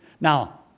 Now